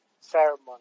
ceremony